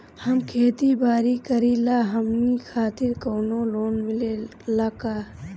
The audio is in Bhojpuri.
हम खेती बारी करिला हमनि खातिर कउनो लोन मिले ला का?